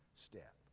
step